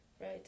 Right